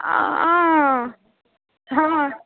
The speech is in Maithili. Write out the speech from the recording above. हँ